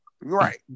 Right